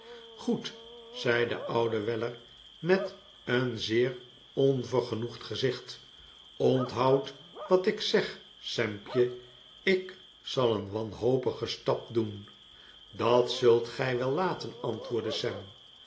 goed zei de oude weller met een zeer f er wo rdt over sam's levensgeluk onderhandeld onvergenoegd gezicht onthoud wat ik zeg sampje ik zal een wanhopigen stap doen dat zult gij wel laten antwoordde